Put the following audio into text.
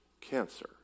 Cancer